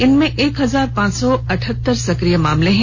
इनमें एक हजार पांच सौ अठहतर सक्रिय मामले हैं